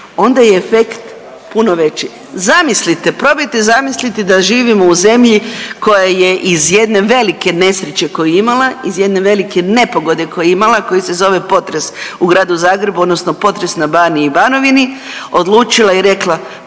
onda je efekt puno veći. Zamislite, probajte zamisliti da živimo u zemlji koja je iz jedne velike nesreće koju je imala, iz jedne velike nepogode koju je imala koji se zove potres u Gradu Zagrebu odnosno potres na Baniji i Banovini odlučila i rekla